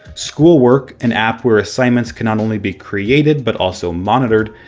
schoolwork an app where assignments can not only be created, but also monitored,